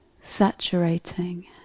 saturating